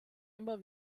immer